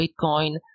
Bitcoin